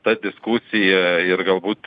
ta diskusija ir galbūt